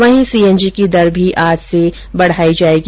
वहीं सीएनजी की दर भी आज से बढ़ाई जायेगी